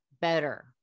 better